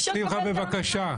לתאר את ישראל כישראל הקטנה?